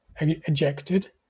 ejected